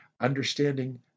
understanding